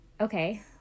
okay